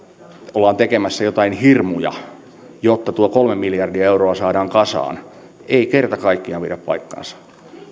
ollaan tekemässä jotain hirmuja jotta tuo kolme miljardia euroa saadaan kasaan eivät kerta kaikkiaan pidä paikkaansa